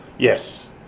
Yes